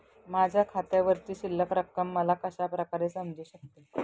माझ्या खात्यावरची शिल्लक रक्कम मला कशा प्रकारे समजू शकते?